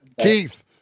Keith